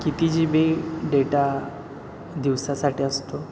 किती G B data दिवसासाठी असतो